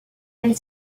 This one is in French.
elle